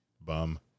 Bum